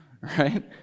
Right